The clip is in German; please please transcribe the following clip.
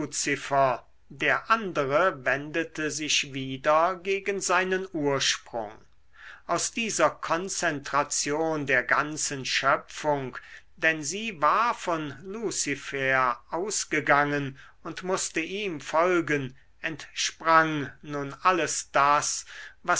luzifer der andere wendete sich wieder gegen seinen ursprung aus dieser konzentration der ganzen schöpfung denn sie war von luzifer ausgegangen und mußte ihm folgen entsprang nun alles das